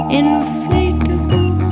inflatable